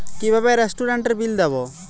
কিভাবে রেস্টুরেন্টের বিল দেবো?